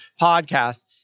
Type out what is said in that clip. podcast